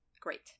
Great